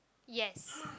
yes